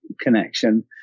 connection